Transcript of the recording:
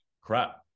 crap